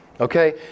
Okay